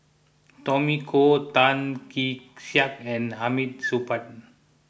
Tommy Koh Tan Kee Sek and Hamid Supaat